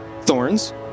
thorns